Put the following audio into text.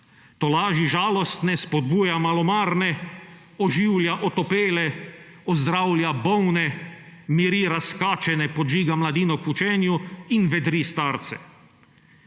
tolaži žalostne, spodbuja malomarne, oživlja otopele, ozdravlja bolne, miri razkačene, podžiga mladino k učenju in vedri starce.